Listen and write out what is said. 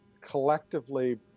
collectively